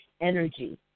energy